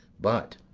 but,